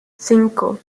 cinco